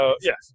yes